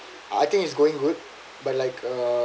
I think it's going good but like uh